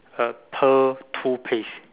a pearl toothpaste